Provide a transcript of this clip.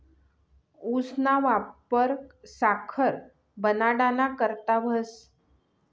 ऊसना वापर साखर बनाडाना करता व्हस